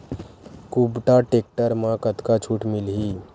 कुबटा टेक्टर म कतका छूट मिलही?